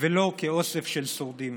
ולא כאוסף של שורדים.